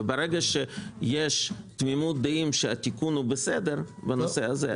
וברגע שיש תמימות דעים שהתיקון הוא בסדר בנושא הזה,